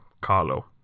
Carlo